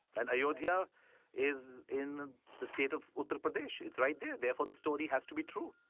and ayodhya is in the the state of uttar pradesh. it's right there! therefore the story has to be true.